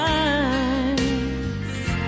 eyes